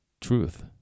truth